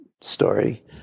story